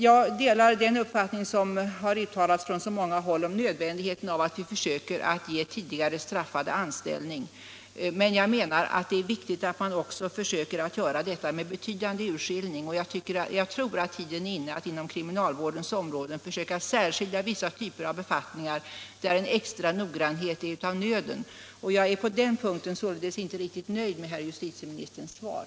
Jag delar den uppfattning som har uttalats från många håll om nödvändigheten av att vi försöker ge tidigare straffade personer anställning, men jag menar också att det är viktigt att man försöker göra detta med betydande urskillning. Jag tror att tiden nu är inne för att inom kriminalvårdens område försöka särskilja vissa typer av befattningar där extra nogrannhet är av nöden. På den punkten är jag således inte riktigt nöjd med herr justitieministerns svar.